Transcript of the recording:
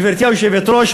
גברתי היושבת-ראש,